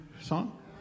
song